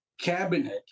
cabinet